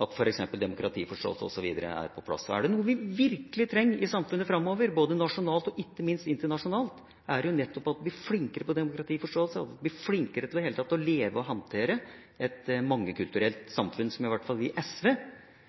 at f.eks. demokratiforståelse osv. er på plass. Er det noe vi virkelig trenger i samfunnet framover – både nasjonalt og ikke minst internasjonalt – er det nettopp å bli flinkere i demokratiforståelse, bli flinkere til i det hele tatt å leve og håndtere et mangekulturelt samfunn, som i hvert fall vi i SV